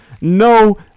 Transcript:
No